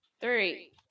Three